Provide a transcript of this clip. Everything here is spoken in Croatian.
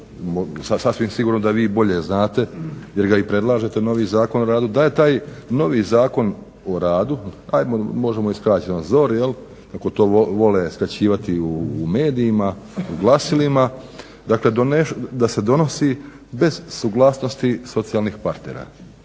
sasvim sigurno da vi bolje znate jer ga i predlažete novi Zakon o radu, da je taj novi Zakon o radu ajmo možemo i skraćeno ZOR jel' kako to vole skraćivati u medijima i u glasilima dakle da se donosi bez suglasnosti socijalnih partnera.